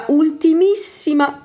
ultimissima